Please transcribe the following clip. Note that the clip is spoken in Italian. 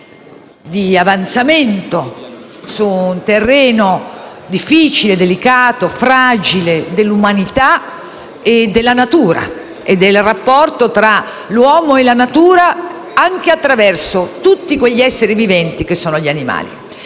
di avanzamento su un terreno difficile, delicato e fragile dell'umanità, della natura e del rapporto tra l'uomo e la natura, anche attraverso tutti quegli esseri viventi che sono gli animali.